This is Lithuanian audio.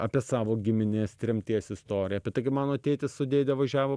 apie savo giminės tremties istoriją apie tai kaip mano tėtis su dėde važiavo